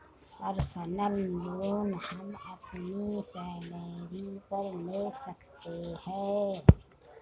personal loan हम अपनी salary पर ले सकते है